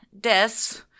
deaths